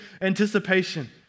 anticipation